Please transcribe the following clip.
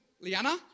Liana